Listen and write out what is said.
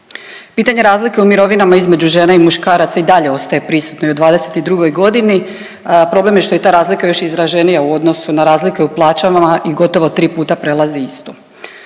Pitanje razlike u mirovinama između žena i muškaraca i dalje ostaje prisutno i u '22. godini. Problem je što je ta razlika još izraženija u odnosu na razlike u plaćama i gotovo 3 puta prelazi istu.